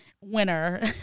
winner